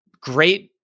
great